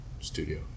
studio